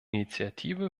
initiative